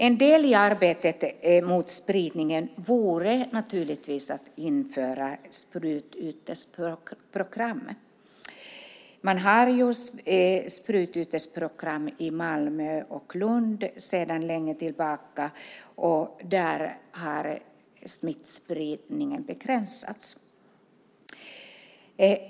En del i arbetet mot spridningen vore naturligtvis att införa ett sprututbytesprogram. Man har sprututbytesprogram i Malmö och Lund sedan länge, och där har smittspridningen begränsats.